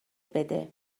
بده